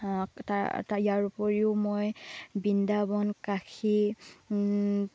তাৰ ইয়াৰ উপৰিও মই বৃন্দাবন কাশী